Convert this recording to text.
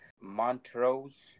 Montrose